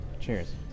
Cheers